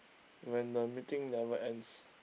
when the meeting never ends